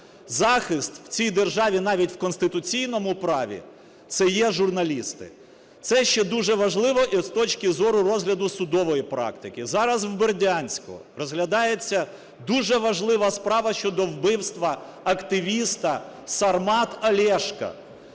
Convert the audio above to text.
захист в цій державі навіть в конституційному праві, це є журналісти. Це ще дуже важливо і з точки зору розгляду судової практики. Зараз в Бердянську розглядається дуже важлива справа щодо вбивства активіста "Сармата" Олешка.